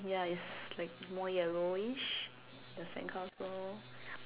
ya it's like more yellowish the sandcastle